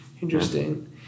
interesting